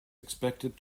expected